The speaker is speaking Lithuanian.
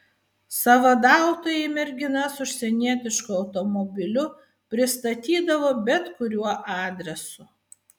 sąvadautojai merginas užsienietišku automobiliu pristatydavo bet kuriuo adresu